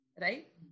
right